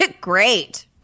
great